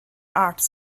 arts